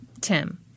Tim